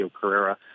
Carrera